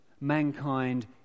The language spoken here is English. mankind